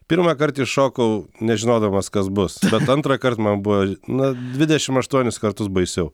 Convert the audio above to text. pirmąkart iššokau nežinodamas kas bus bet antrąkart man buvo na dvidešim aštuonis kartus baisiau